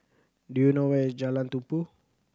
do you know where is Jalan Tumpu